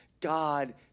God